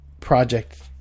project